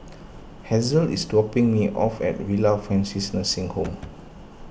Hazelle is dropping me off at Villa Francis Nursing Home